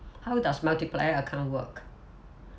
how does multiplier account work